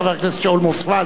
חבר הכנסת שאול מופז,